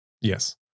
Yes